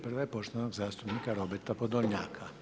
Prva je poštovanog zastupnika Roberta Podolnjaka.